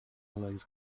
legs